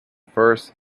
first